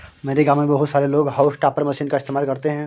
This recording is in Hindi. मेरे गांव में बहुत सारे लोग हाउस टॉपर मशीन का इस्तेमाल करते हैं